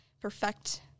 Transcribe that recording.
perfect